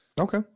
Okay